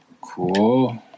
Cool